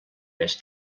més